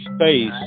space